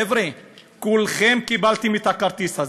חבר'ה, כולכם קיבלתם את הכרטיס הזה,